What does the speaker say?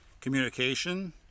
Communication